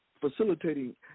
facilitating